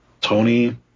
Tony